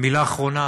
מילה אחרונה,